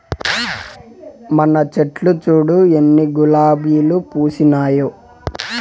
మన చెట్లు చూడు ఎన్ని గులాబీలు పూసినాయో